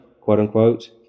quote-unquote